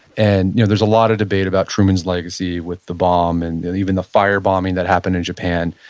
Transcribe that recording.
and you know there's a lot of debate about truman's legacy with the bomb. and even the firebombing that happened in japan,